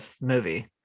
movie